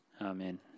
Amen